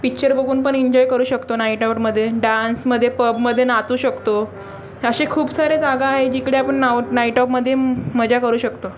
picture बघून पण enjoy करू शकतो नाईटआऊट डान्समध्ये पबमध्ये नाचू शकतो असे खूप सारे जागा आहे जिकडे नाऊ नाईटॉपमध्ये मजा करू शकतो